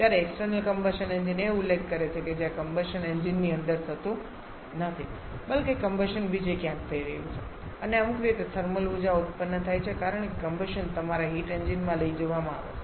જ્યારે external combustion engine એ ઉલ્લેખ કરે છે કે જ્યાં કમ્બશન એન્જિનની અંદર થતું નથી બલ્કે કમ્બશન બીજે ક્યાંક થઈ રહ્યું છે અને અમુક રીતે થર્મલ ઉર્જા ઉત્પન્ન થાય છે કારણ કે કમ્બશન તમારા હીટ એન્જિન માં લઈ જવામાં આવે છે